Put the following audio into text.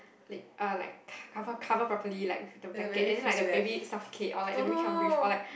like uh like cover cover properly like with the blanket and then like the baby suffocate or like the baby cannot breathe or like